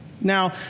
Now